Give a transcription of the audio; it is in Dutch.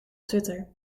twitter